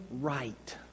right